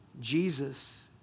Jesus